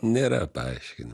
nėra paaiškina